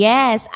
Yes